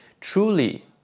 truly